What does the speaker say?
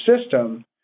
system